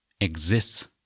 exists